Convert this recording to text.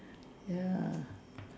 ya